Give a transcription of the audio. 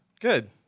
Good